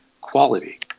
quality